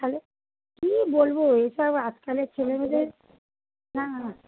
তাহলে কী বলবো এসব আজকালের ছেলেমেয়েদের না না না